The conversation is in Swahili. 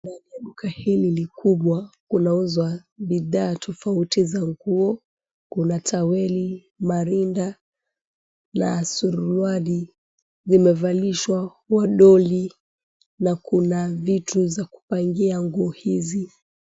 Kwenye duka hili likubwa kunauzwa bidhaa tofauti za nguo kuna taulo, marindi na suruali limevalishwa wadoli. Kuna vitu vya kupangia nguo hizo.